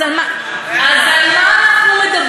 אז על מה אנחנו מדברים?